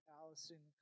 Allison